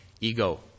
ego